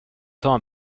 temps